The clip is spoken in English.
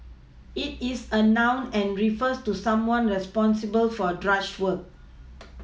it is a noun and refers to someone responsible for drudge work